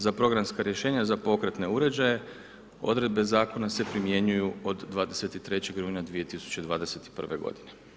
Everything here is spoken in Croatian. Za programska rješenja za pokretne uređaje, odredbe zakon se primjenjuju od 23. rujna 2021. godine.